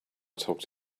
talked